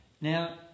Now